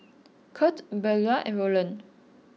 Kurt Beula and Roland